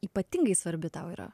ypatingai svarbi tau yra